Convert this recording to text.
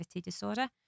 disorder